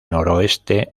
noroeste